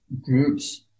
groups